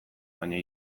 baina